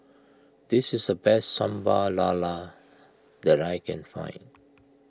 this is the best Sambal Lala that I can find